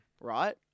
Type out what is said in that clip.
Right